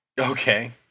Okay